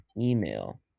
email